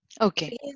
Okay